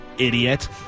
idiot